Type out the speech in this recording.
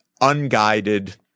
unguided